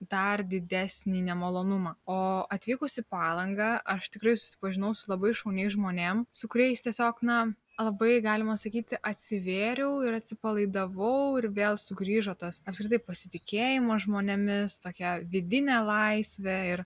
dar didesni nemalonumą o atvykus į palangą aš tikrai susipažinau su labai šauniais žmonėm su kuriais tiesiog na labai galima sakyti atsivėriau ir atsipalaidavau ir vėl sugrįžo tas apskritai pasitikėjimas žmonėmis tokia vidinė laisvė ir